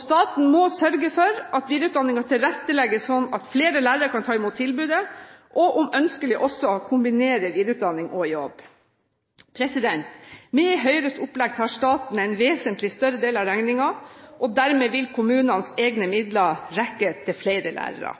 Staten må sørge for at videreutdanningen tilretteslegges slik at flere lærere kan ta imot tilbudet, og, om ønskelig, også kombinere videreutdanning og jobb. Med Høyres opplegg tar staten en vesentlig større del av regningen. Dermed vil kommunenes egne midler